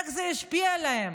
איך זה ישפיע עליהם?